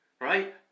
right